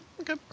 okay